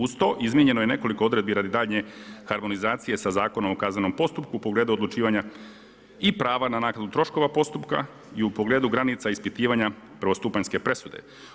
Uz to, izmijenjeno je nekoliko odredbi radi daljnje harmonizacije sa zakonom o kaznenom postupku u pogledu odlučivanja i prava na naknadu troškova postupka i u pogledu granica ispitivanja prvostupanjske presude.